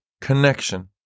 connection